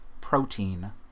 protein